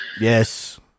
Yes